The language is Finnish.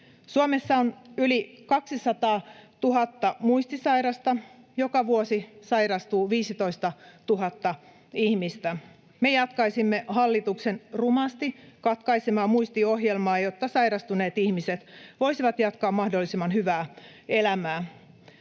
Suomessa on yli 200 000 muistisairasta. Joka vuosi sairastuu 15 000 ihmistä. Me jatkaisimme hallituksen rumasti katkaisemaa muistiohjelmaa, jotta sairastuneet ihmiset voisivat jatkaa mahdollisimman hyvää elämää.